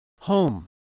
home